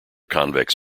convex